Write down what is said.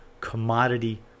Commodity